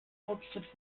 hauptstadt